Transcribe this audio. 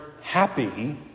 happy